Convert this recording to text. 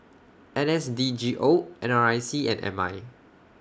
N S D G O N R I C and M I